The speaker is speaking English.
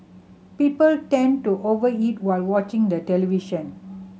people tend to over eat while watching the television